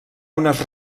unes